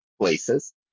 places